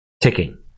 ticking